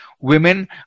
Women